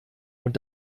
und